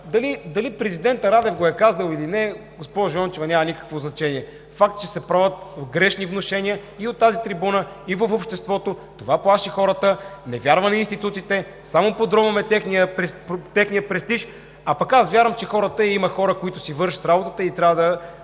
дали президентът Радев го е казал – няма никакво значение, но е факт, че се правят погрешни внушения и от тази трибуна, и в обществото. Това плаши хората, не вярват на институциите и така само подронваме техния престиж. Аз пък вярвам, че има хора, които си вършат работата и трябва